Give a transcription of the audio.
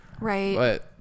Right